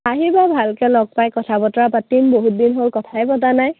আহিবা ভালকৈ লগ পাই কথা বতৰা পাতিম বহুত দিন হ'ল কথাই পতা নাই